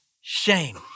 shame